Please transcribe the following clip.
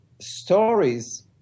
stories